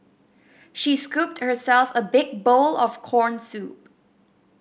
she scooped herself a big bowl of corn soup